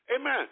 Amen